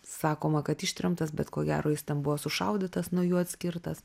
sakoma kad ištremtas bet ko gero jis ten buvo sušaudytas nuo jų atskirtas